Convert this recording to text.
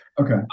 okay